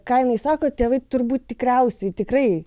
ką jinai sako tėvai turbūt tikriausiai tikrai